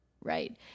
right